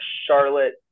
Charlotte